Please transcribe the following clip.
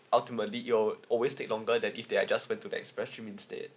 ultimately it'll always take longer than if they are just went to the express stream instead